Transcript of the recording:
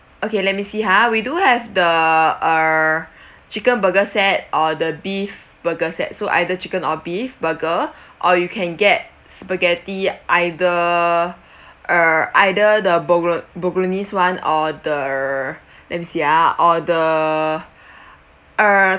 okay let me see ha we do have the err chicken burger set or the beef burger set so either chicken or beef burger or you can get spaghetti either err either the bolog~ bolognese [one] or the let me see ah or the err